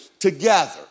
together